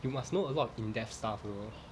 you must know a lot of in depth stuff you know